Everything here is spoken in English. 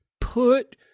Put